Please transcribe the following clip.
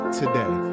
today